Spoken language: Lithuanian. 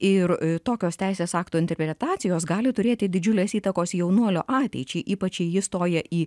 ir tokios teisės akto interpretacijos gali turėti didžiulės įtakos jaunuolio ateičiai ypač jei jis stoja į